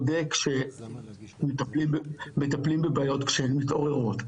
זה וצודק שמטפלים בבעיות כשהן מתעוררות,